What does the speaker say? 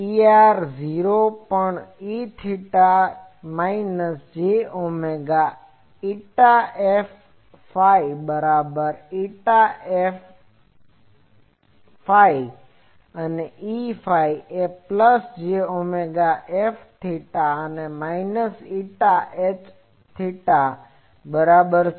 Er 0 પણ Eθ એ minus j omega η Fφ બરાબર η Hφ અને Eφ એ પ્લસ j omega η Fθ અને માઈનસ η Hθ ની બરાબર છે